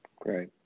Great